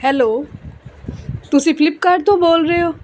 hello ਤੁਸੀਂ Flipkart ਤੋਂ ਬੋਲ ਰਹੇ ਹੋ